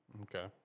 Okay